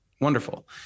wonderful